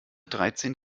dreizehn